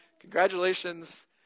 congratulations